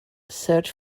search